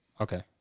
Okay